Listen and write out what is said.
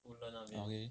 okay